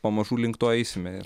pamažu link to eisime